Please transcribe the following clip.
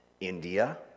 India